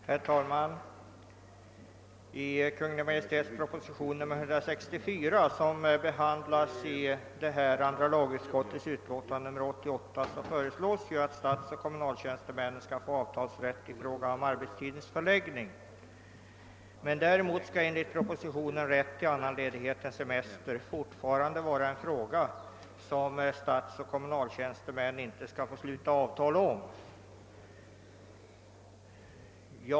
Herr talman! I Kungl. Maj:ts proposition nr 164, som behandlas i andra lagutskottets förevarande utlåtande nr 88, föreslås att statsoch kommunaltjänstemännen skall få avtalsrätt när det gäller arbetstidens förläggning. Däremot skall enligt propositionen rätt till annan ledighet än semester fortfarande vara en fråga, som statsoch kommunaltjänstemän inte får sluta avtal om.